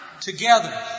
together